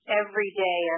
everyday